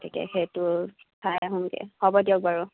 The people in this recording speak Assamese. গতিকে সেইটো চাই আহোঁগৈ হ'ব দিয়ক বাৰু